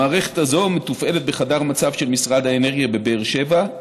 המערכת הזו מתופעלת בחדר המצב של משרד האנרגיה בבאר שבע,